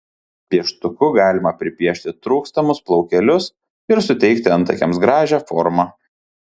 pieštuku galima pripiešti trūkstamus plaukelius ir suteikti antakiams gražią formą